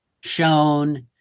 shown